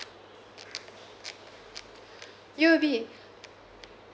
U_ O_B